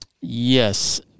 Yes